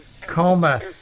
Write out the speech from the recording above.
coma